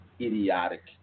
Idiotic